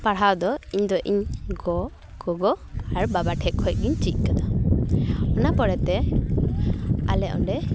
ᱯᱟᱲᱦᱟᱣ ᱫᱚ ᱤᱧᱫᱚ ᱤᱧ ᱜᱚ ᱜᱚᱜᱚ ᱟᱨ ᱵᱟᱵᱟ ᱴᱷᱮᱡ ᱠᱷᱚᱡ ᱜᱮᱧ ᱪᱤᱫ ᱟᱠᱟᱫᱟ ᱚᱱᱟ ᱯᱚᱨᱮ ᱛᱮ ᱟᱞᱮ ᱚᱸᱰᱮ